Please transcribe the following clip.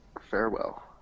Farewell